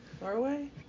norway